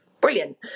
brilliant